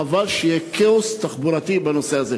כי חבל שיהיה כאוס תחבורתי בנושא הזה.